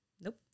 Nope